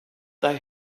they